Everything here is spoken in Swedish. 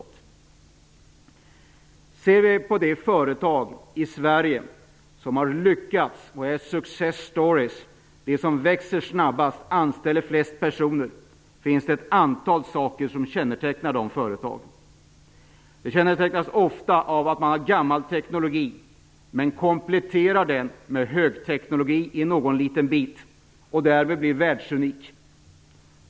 Det finns ett antal saker som kännetecknar de företag i Sverige som har lyckats och är success stories; de växer snabbast och anställer flest personer. De kännetecknas ofta av att de använder gammal teknologi men kompletterar den med högteknologi i någon liten bit, och därmed blir världsunika.